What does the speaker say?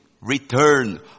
Return